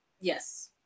Yes